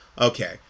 Okay